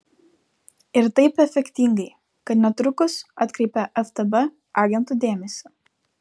ir taip efektingai kad netrukus atkreipia ftb agentų dėmesį